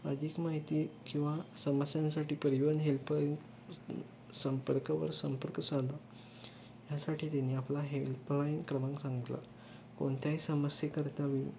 अधिक माहिती किंवा समस्यांसाठी परिवहन हेल्प संपर्कवर संपर्क साधा ह्यासाठी त्यांनी आपला हेल्पलाईन क्रमांक सांगितला कोणत्याही समस्येकरता